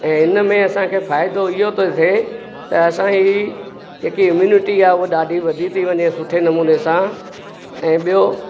ऐं इन में असांखे फ़ाइदो इहो थो थिए त असांजी जेकी इम्युनिटी आहे ॾाढी वधी थी वञे सुठे नमूने सां ऐं ॿियो